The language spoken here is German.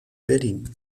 berlin